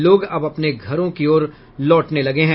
लोग अब अपने घरों की और लौटने लगे हैं